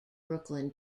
brooklyn